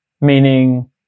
meaning